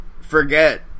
forget